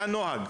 היה נוהג.